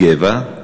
גב"ע,